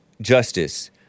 justice